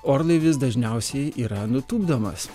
orlaivis dažniausiai yra nutupdomas